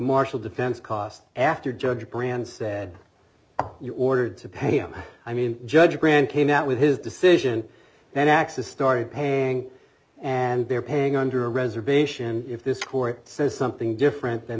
marshall defense costs after judge brand said you ordered to pay him i mean judge grant came out with his decision and access started paying and they're paying under a reservation if this court says something different th